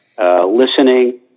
Listening